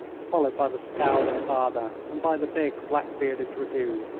followed by the scowling father and by the big, black-bearded dragoon.